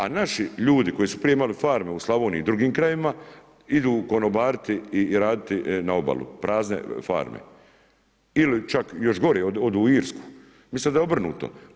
A naši ljudi koji su prije imali farme u Slavoniji i drugim krajevima idu konobariti i raditi na obalu, prazne farme ili čak još gore odu u Irsku, umjesto da je obrnuto.